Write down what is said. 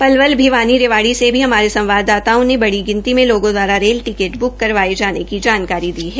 पलवल भिवानी रेवाड़ी से भी हमारे संवाददाताओं से बड़ी गिनती मे लोगों द्वारा रेल टिकट ब्क करवाये जाने की जानकारी ही है